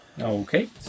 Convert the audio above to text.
Okay